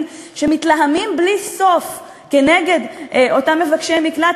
שמתלהמים בלי סוף נגד אותם מבקשי מקלט,